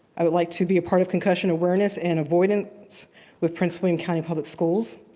i would like to be a part of concussion awareness and avoidance with prince william county public schools.